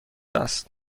است